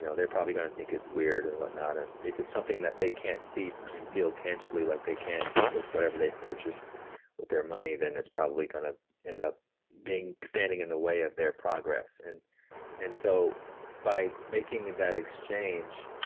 they're probably going to think it's weird and whatnot. or if it's something that they can't see and feel tangibly like they can with whatever they purchase with their money, then it's probably going to end up standing in the way of their progress. and and so by making that exchange